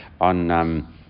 on